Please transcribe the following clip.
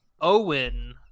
Owen